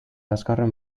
azkarren